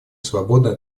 свободной